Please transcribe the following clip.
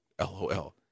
LOL